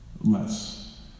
less